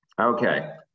Okay